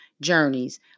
journeys